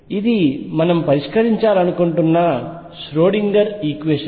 ఇది మనము పరిష్కరించాలనుకుంటున్న ష్రోడింగర్ ఈక్వేషన్